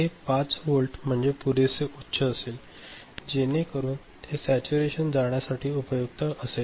तर हे 5 व्होल्ट म्हणजे पुरेसे उच्च असेल जेणेकरून ते सॅच्यूरेशन जाण्यासाठी उपयुक्त असेल